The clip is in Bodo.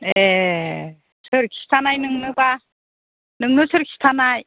एह सोर खिथानाय नोंनोबा नोंनो सोर खिथानाय